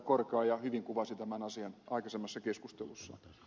korkeaoja hyvin kuvasi tämän asian aikaisemmassa keskustelussa